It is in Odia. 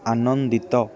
ଆନନ୍ଦିତ